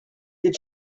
did